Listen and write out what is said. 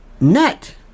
net